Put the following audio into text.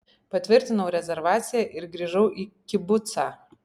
patvirtinau rezervaciją ir grįžau į kibucą